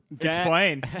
Explain